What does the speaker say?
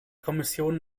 kommission